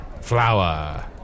flower